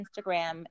Instagram